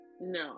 No